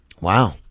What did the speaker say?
Wow